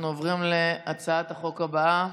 אנחנו עוברים להצעת החוק הבאה,